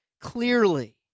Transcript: clearly